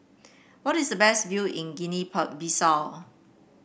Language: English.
what is the best view in Guinea Bissau